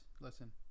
listen